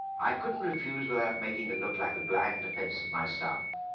i couldn't refuse without making it look like a blind defense of my staff.